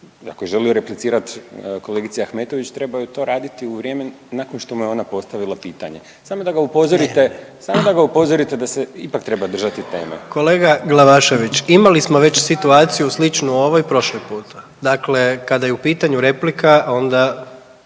ako je želio replicirat kolegici Ahmetović trebao je to raditi u vrijeme nakon što mu je ona postavila pitanje, samo da ga upozorite da se ipak treba držati teme. **Jandroković, Gordan (HDZ)** Kolega Glavašević, imali smo situaciju već sličnu ovoj prošli puta, dakle kada je u pitanju replika onda